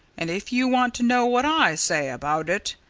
and if you want to know what i say about it,